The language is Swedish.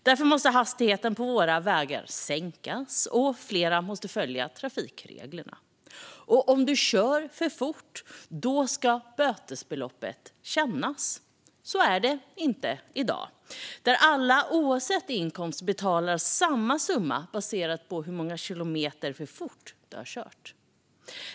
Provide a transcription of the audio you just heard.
Därför måste hastigheten på våra vägar sänkas, och fler måste följa trafikreglerna. Och om man kör för fort ska bötesbeloppet kännas. Så är det inte i dag, då alla, oavsett inkomst, betalar samma summa baserat på hur många kilometer för fort man har kört.